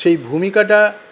সেই ভূমিকাটা